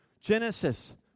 Genesis